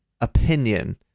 opinion